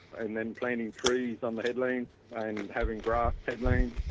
and then planting trees on the headlands and having grassed headlands.